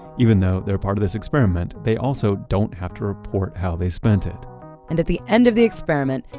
even though they're part of this experiment, they also don't have to report how they spent it and at the end of the experiment,